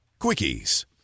Quickies